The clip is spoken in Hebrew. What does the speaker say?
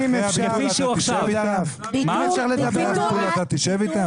ואחרי הביטול אתה תשב איתם?